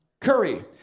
curry